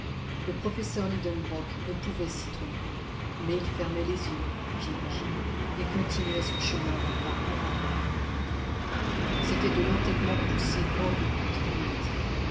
le professeur lidenbrock ne pouvait s'y tromper mais il fermait les yeux j'imagine et continuait son chemin d'un pas invariable c'était de l'entêtement poussé hors de toutes limites